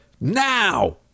now